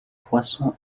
poisson